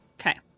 Okay